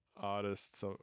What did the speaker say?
artists